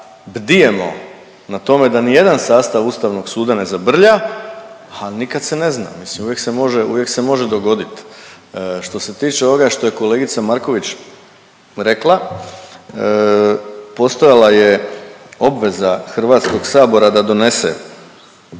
bdijemo na tome da nijedan sastav Ustavnog suda ne zabrlja, al nikad se ne zna, mislim uvijek se može, uvijek se može dogoditi. Što se tiče ovoga što je kolegica Marković rekla, postojala je obveza HS da donese